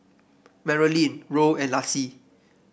Marolyn Roll and Laci